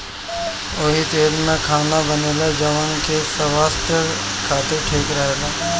ओही तेल में खाना बनेला जवन की स्वास्थ खातिर ठीक रहेला